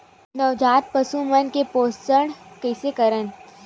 नवजात पशु मन के पोषण कइसे करन?